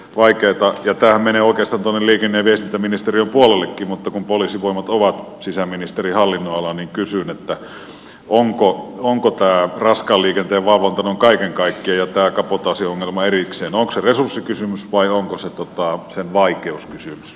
tämähän menee oikeastaan liikenne ja viestintäministeriönkin puolelle mutta kun poliisivoimat ovat sisäministeriön hallinnon alaa niin kysyn onko raskaan liikenteen valvonta noin kaiken kaikkiaan ja tämä kabotaasiongelma erikseen resurssikysymys vai onko se totta sen vaikeus on silti